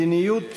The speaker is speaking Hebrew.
מדיניות